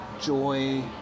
joy